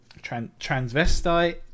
transvestite